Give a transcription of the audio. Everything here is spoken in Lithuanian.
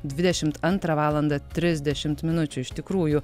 dvidešimt antrą valandą trisdešimt minučių iš tikrųjų